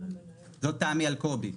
זאת תמי אלקובי.